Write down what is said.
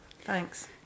Thanks